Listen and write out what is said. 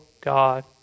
God